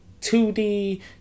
2D